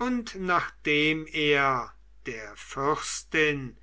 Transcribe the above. und nachdem er der fürstin